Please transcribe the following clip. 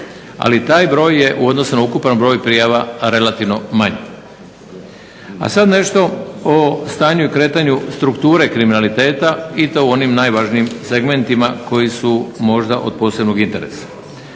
Ali taj broj je u odnosu na ukupan broj prijava relativno manji. A sada nešto o stanju i kretanju strukture kriminaliteta i to u onim najvažnijim segmentima koji su možda od posebnog interesa.